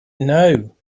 know